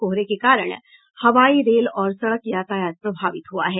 कोहरे के कारण हवाई रेल और सड़क यातायात प्रभावित हुआ है